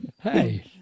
Hey